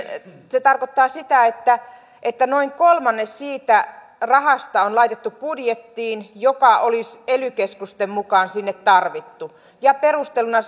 se tarkoittaa sitä että että noin kolmannes siitä rahasta on laitettu budjettiin joka olisi ely keskusten mukaan sinne tarvittu perusteluna